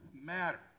matter